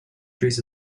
trees